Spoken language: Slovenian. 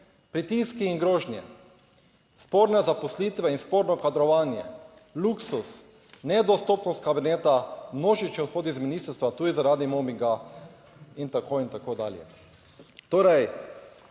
Pritiski in grožnje, sporne zaposlitve in sporno kadrovanje, luksuz, nedostopnost kabineta, množični odhod z ministrstva tudi zaradi mobinga in tako in tako dalje.